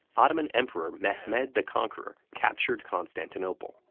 ottoman emperor mehmed mehmed the conqueror captured constantinople,